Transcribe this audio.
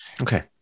Okay